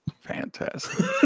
fantastic